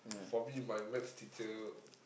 for me my maths teacher